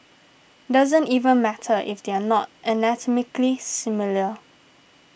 doesn't even matter if they're not anatomically similar